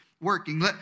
working